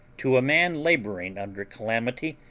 to a man laboring under calamity,